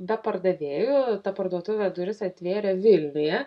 be pardavėjų ta parduotuvė duris atvėrė vilniuje